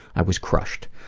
i was crushed.